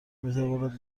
میتواند